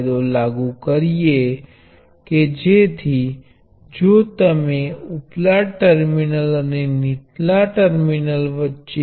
અને શ્રેણીના જોડાણ માથી પસાર થતા પ્ર્વાહ ને હું I દ્વારા દર્શાવુ છું